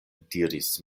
diris